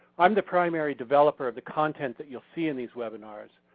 i'm the primary developer of the content that you'll see in these webinars.